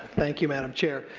thank you, madam chair.